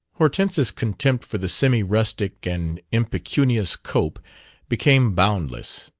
hortense's contempt for the semi-rustic and impecunious cope became boundless.